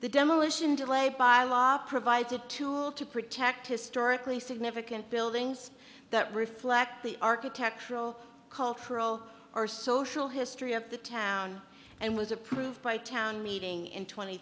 the demolition delay by law provides a tool to protect historically significant buildings that reflect the architectural cultural or social history of the town and was approved by town meeting in tw